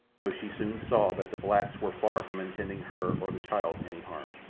though she soon saw that the blacks were far from intending her or the child any harm.